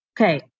Okay